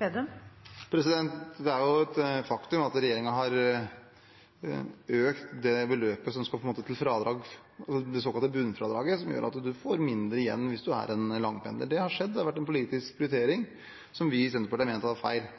Det er et faktum at regjeringen har økt det beløpet som skal til fradrag, det såkalte bunnfradraget, som gjør at man får mindre igjen hvis man er en langpendler. Det har skjedd, det har vært en politisk prioritering som vi i Senterpartiet har ment er feil.